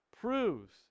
proves